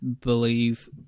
believe